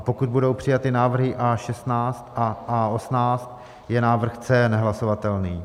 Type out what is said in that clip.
pokud budou přijaty návrhy A16 a A18, je návrh C nehlasovatelný